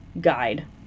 guide